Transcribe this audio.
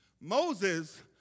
Moses